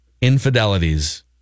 infidelities